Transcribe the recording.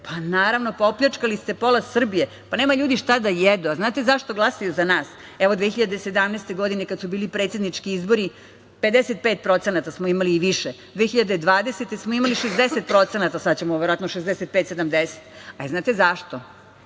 Naravno, pa opljačkali ste pola Srbije, pa nemaju ljudi šta da jedu. Znate zašto glasaju za nas? Evo, 2017. godine kada su bili predsednički izbori 55% smo imali i više. Godine 2020. smo imali 60%. Sada ćemo verovatno 65, 70%. Znate zašto?